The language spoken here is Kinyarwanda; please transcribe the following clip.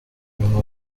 nyuma